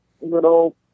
little